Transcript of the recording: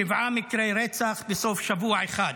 שבעה מקרי רצח בסוף שבוע אחד.